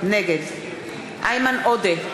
נגד איימן עודה,